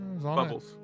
bubbles